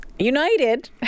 United